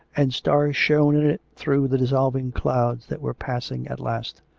and stars shone in it through the dissolving clouds that were passing at last.